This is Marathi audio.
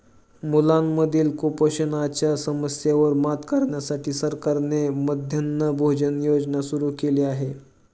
मुलांमधील कुपोषणाच्या समस्येवर मात करण्यासाठी सरकारने मध्यान्ह भोजन योजना सुरू केली आहे